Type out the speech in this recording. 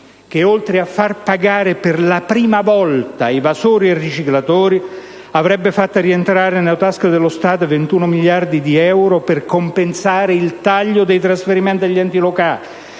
che, oltre a far pagare per la prima volta evasori e riciclatori, avrebbe fatto rientrare nelle casse dello Stato 21 miliardi di euro per compensare il taglio dei trasferimenti agli enti locali,